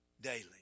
daily